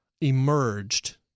emerged